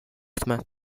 smith